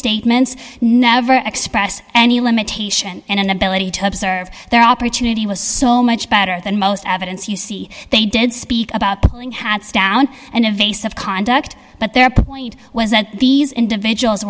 statements never express any limitation and inability to observe their opportunity was so much better than most evidence you see they did speak about the killing had stone and a vase of conduct but their point was that these individuals